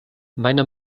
meiner